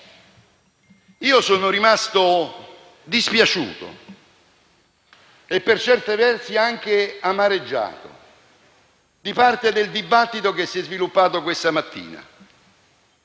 Io sono rimasto dispiaciuto e per certi versi anche amareggiato per parte del dibattito che si è sviluppato questa mattina.